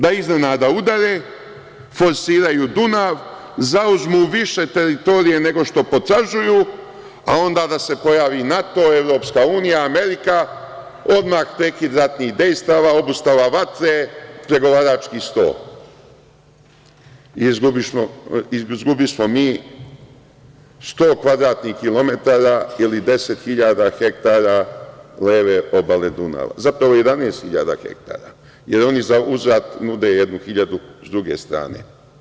Da iznenada udare, forsiraju Dunav, zauzmu više teritorije nego što potražuju, a onda da se pojavi NATO, EU, Amerika, odmah prekid ratnih dejstava, obustava vatre, pregovarački sto i izgubismo mi sto kvadratnih kilometara ili 10.000 hektara leve obale Dunava, zapravo 11.000 hektara, jer oni za uzvrat nude 1.000 s druge strane.